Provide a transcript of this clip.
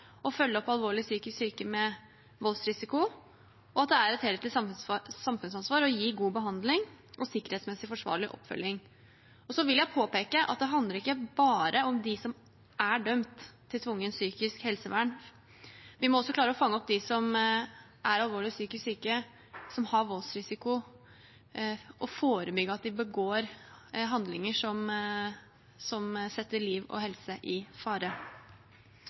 å følge opp alvorlig psykisk syke med voldsrisiko, og at det er et helhetlig samfunnsansvar å gi god behandling og sikkerhetsmessig forsvarlig oppfølging. Så vil jeg påpeke at det handler ikke bare om dem som er dømt til tvungent psykisk helsevern. Vi må også klare å fange opp de som er alvorlig psykisk syke, og som har voldsrisiko, og forebygge at de begår handlinger som setter liv og helse i fare.